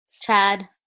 Chad